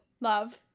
Love